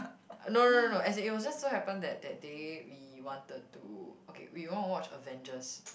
uh no no no no as it was just so happen that that day we wanted to okay we want to watch Avengers